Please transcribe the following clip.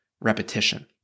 repetition